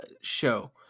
show